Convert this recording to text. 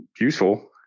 useful